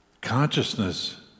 Consciousness